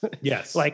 Yes